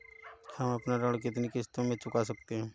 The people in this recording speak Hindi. हम अपना ऋण कितनी किश्तों में चुका सकते हैं?